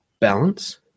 balance